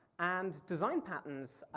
and design patterns,